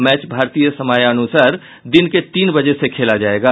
match भारतीय समयानुसार दिन के तीन बजे से खेला जाएगा